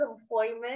employment